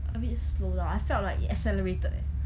a bit slow ah I felt like it accelerated eh